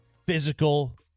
physical